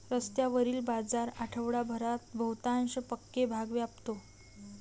रस्त्यावरील बाजार आठवडाभरात बहुतांश पक्के भाग व्यापतो